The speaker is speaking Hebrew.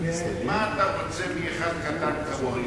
אם חבר הכנסת שטרית לא הצליח,